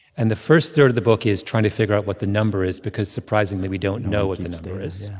and the first third of the book is trying to figure out what the number is because, surprisingly, we don't know what the number is.